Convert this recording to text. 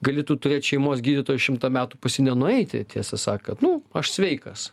gali tu turėt šeimos gydytoją šimtą metų pas jį nenueiti tiesą sakant nu aš sveikas